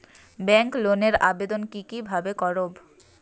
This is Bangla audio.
ব্যাংক লোনের আবেদন কি কিভাবে করব?